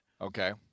Okay